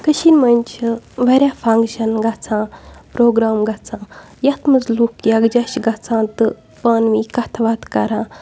کٔشیٖرِ منٛز چھِ واریاہ فَنگشَن گَژھان پرٛوگرام گَژھان یَتھ منٛز لُکھ یَکجاہ چھِ گَژھان تہٕ پانہٕ ؤنۍ کَتھٕ وَتھٕ کَران